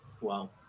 wow